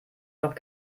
noch